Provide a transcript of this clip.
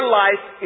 life